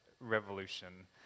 revolution